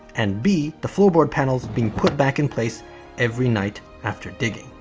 and b, the floorboard panels being put back in place every night after digging.